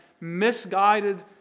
misguided